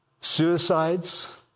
suicides